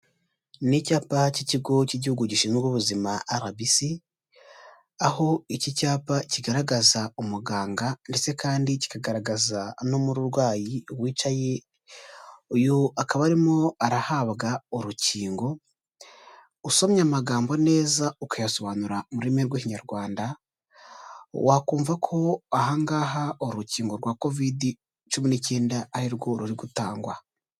Ni icyapa cy'ikigo cy'igihugu gishinzwe ubuzima RBC, aho iki cyapa kigaragaza umuganga ndetse kandi kikagaragaza n'umurwayi wicaye, uyu akaba arimo arahabwa urukingo, usomye amagambo neza ukayasobanura mu rurimi rw'ikinyarwanda wakumva ko aha ngaha ari urukingo rwa covidi cumi n'icyenda arirwo ruri gutangwa.